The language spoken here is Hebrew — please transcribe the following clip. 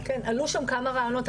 עלו שם עוד כמה רעיונות,